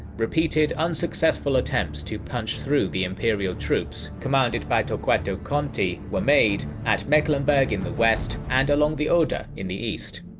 repeated unsuccessful attempts to punch through the imperial troops commanded by torquato conti were made, at mecklenburg in the west, and along the oder in the east.